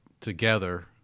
together